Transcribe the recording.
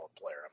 player